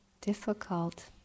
difficult